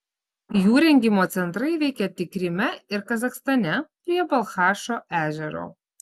jų rengimo centrai veikė tik kryme ir kazachstane prie balchašo ežero